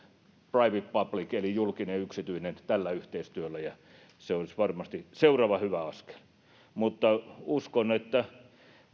private public eli julkinen yksityinen yhteistyöllä ja se olisi varmasti seuraava hyvä askel uskon että